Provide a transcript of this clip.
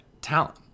talent